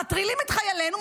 מטרילים את חיילינו,